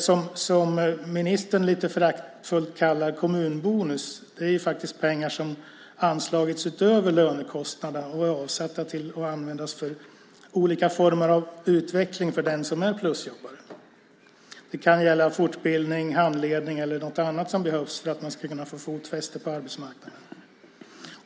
Det som ministern lite föraktfullt kallar kommunbonusar är faktiskt pengar som anslagits utöver lönekostnaderna. De var avsedda att användas till olika former av utveckling för den som är plusjobbare. Det kan gälla fortbildning, handledning eller något annat som behövs för att man ska kunna få fotfäste på arbetsmarknaden.